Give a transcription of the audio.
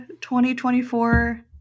2024